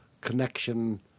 connection